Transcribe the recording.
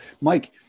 Mike